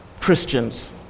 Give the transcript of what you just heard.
Christians